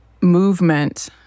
movement